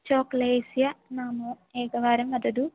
चोकलेहस्य नामो एकवारं वदतु